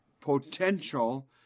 potential